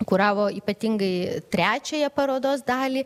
kuravo ypatingai trečiąją parodos dalį